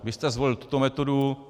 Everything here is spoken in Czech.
Vy jste zvolil tuto metodu.